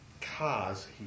cars